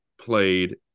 played